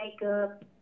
makeup